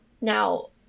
Now